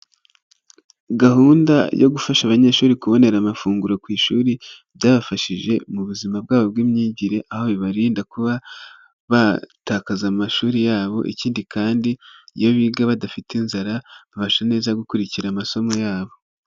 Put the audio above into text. Gahunda yo gufasha abanyeshuri kubonera amafunguro ku ishuri, byabafashije mu buzima bwabo bw'imyigire, aho bibarinda kuba batakaza amashuri yabo, ikindi kandi iyo biga badafite inzara, babasha neza gukurikira amasomo yabo.